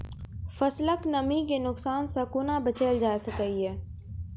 फसलक नमी के नुकसान सॅ कुना बचैल जाय सकै ये?